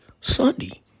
Sunday